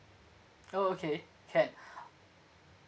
oh okay can